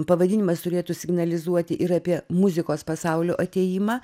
pavadinimas turėtų signalizuoti ir apie muzikos pasaulio atėjimą